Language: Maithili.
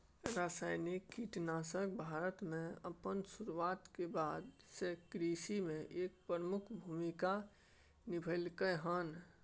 रासायनिक कीटनाशक भारत में अपन शुरुआत के बाद से कृषि में एक प्रमुख भूमिका निभलकय हन